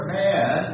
man